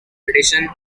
predation